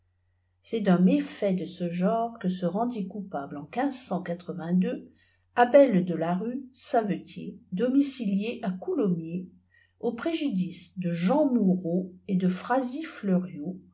c'est dun méfait de ce genre que se rendit aoupable en abel de larue savetier domicilié à goulommiers au préjudice de jean moureau et de phrasie fleuriot